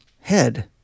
head